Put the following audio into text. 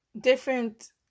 different